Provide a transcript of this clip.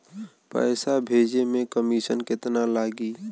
पैसा भेजे में कमिशन केतना लागि?